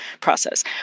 process